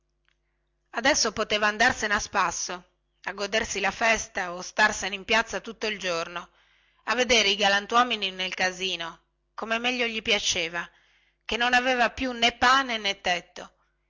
adesso poteva andarsene a spasso a godersi la festa o starsene in piazza tutto il giorno a vedere i galantuomini nel caffè come meglio gli piaceva chè non aveva più nè pane nè tetto